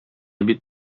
бит